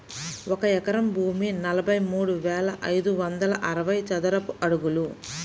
ఒక ఎకరం భూమి నలభై మూడు వేల ఐదు వందల అరవై చదరపు అడుగులు